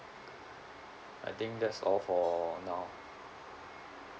I think that's all for now